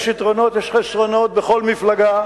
יש יתרונות ויש חסרונות בכל מפלגה,